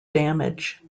damage